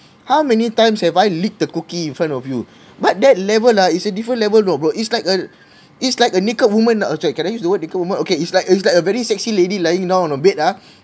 how many times have I licked the cookie in front of you but that level ah it's a different level you know bro it's like a it's like a naked woman oh sorry can I use the word naked woman okay it's like it's like a very sexy lady lying down on a bed ah